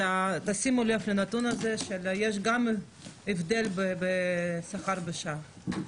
אז שימו לב לנתון הזה, שיש גם הבדל בשכר לשעה.